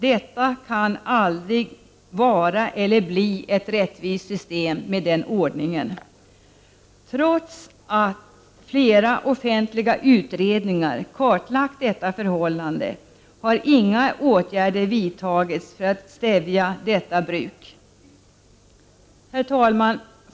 Det kan aldrig bli ett rättvist system med sådan ordning. Trots att flera offentliga utredningar kartlagt detta förhållande har inga åtgärder vidtagits för att stävja detta bruk. Herr talman!